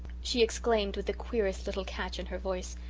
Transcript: she exclaimed, with the queerest little catch in her voice,